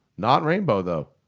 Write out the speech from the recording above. not rainbow though.